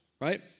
Right